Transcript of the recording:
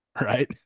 right